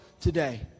today